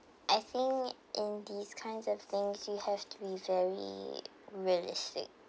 I think in these kinds of things you have to be very realistic